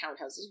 townhouses